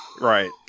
Right